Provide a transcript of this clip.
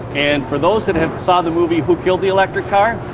and for those who saw the movie who killed the electric car,